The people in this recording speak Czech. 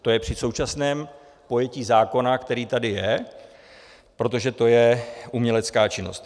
To je při současném pojetí zákona, který tady je, protože to je umělecká činnost.